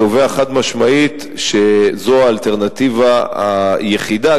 קובע חד-משמעית שזו האלטרנטיבה היחידה,